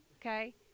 okay